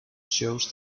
shows